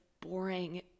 boring